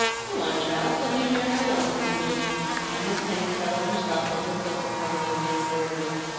go on, child let me hear how well you can read and miss henny settled herself in the sofa-corner with her embroidery.